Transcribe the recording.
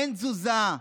אין תזוזה,